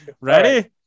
Ready